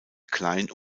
klein